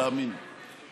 תאמין לי,